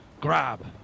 grab